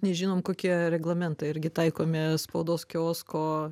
nežinom kokie reglamentai irgi taikomi spaudos kiosko